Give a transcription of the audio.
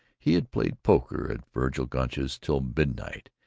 he had played poker at vergil gunch's till midnight,